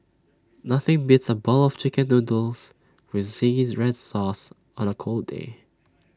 nothing beats A bowl of Chicken Noodles with Zingy Red Sauce on A cold day